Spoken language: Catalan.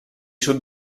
sud